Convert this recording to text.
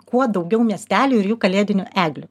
kuo daugiau miestelių ir jų kalėdinių eglių